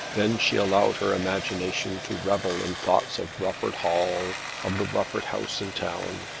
then she allowed her imagination to revel in thoughts of rufford hall, of the rufford house in town,